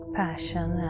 passion